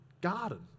garden